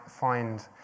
find